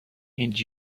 and